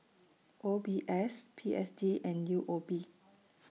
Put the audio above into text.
O B S P S D and U O B